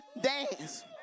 dance